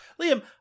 Liam